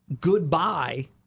Goodbye